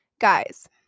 Guys